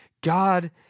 God